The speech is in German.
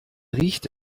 riecht